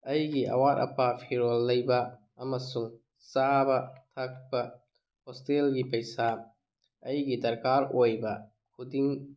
ꯑꯩꯒꯤ ꯑꯋꯥꯠ ꯑꯄꯥ ꯐꯤꯔꯣꯜ ꯂꯩꯕ ꯑꯃꯁꯨꯡ ꯆꯥꯕ ꯊꯛꯄ ꯍꯣꯁꯇꯦꯜꯒꯤ ꯄꯩꯁꯥ ꯑꯩꯒꯤ ꯗꯔꯀꯥꯔ ꯑꯣꯏꯕ ꯈꯨꯗꯤꯡ